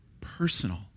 personal